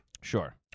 Sure